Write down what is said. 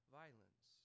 violence